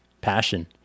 passion